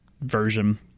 version